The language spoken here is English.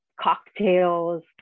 cocktails